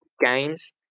games